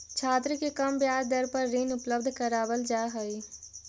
छात्र के कम ब्याज दर पर ऋण उपलब्ध करावल जा हई